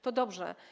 To dobrze.